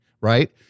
right